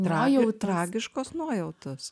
na jau tragiškos nuojautos